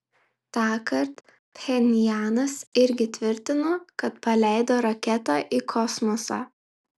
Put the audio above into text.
tąkart pchenjanas irgi tvirtino kad paleido raketą į kosmosą